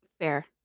Fair